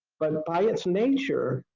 but by it's nature,